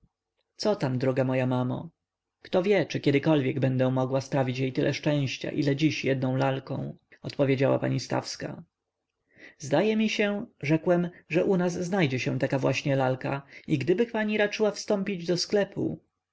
co tam droga moja mamo kto wie czy kiedykolwiek będę mogła sprawić jej tyle szczęścia ile dziś jedną lalką odpowiedziała pani stawska zdaje mi się rzekłem że u nas znajdzie się taka właśnie lalka i gdyby pani raczyła wstąpić do sklepu